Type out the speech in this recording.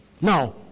Now